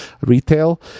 retail